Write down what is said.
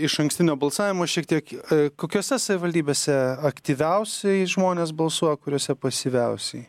išankstinio balsavimo šiek tiek kokiose savivaldybėse aktyviausiai žmonės balsuoja kuriuose pasyviausiai